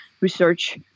research